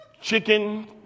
chicken